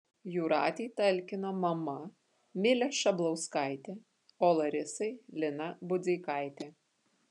jūratei talkino mama milė šablauskaitė o larisai lina budzeikaitė